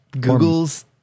Google's